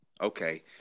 okay